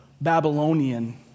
Babylonian